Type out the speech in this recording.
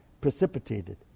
precipitated